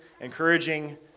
encouraging